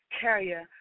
carrier